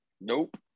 Nope